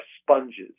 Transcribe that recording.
sponges